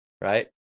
right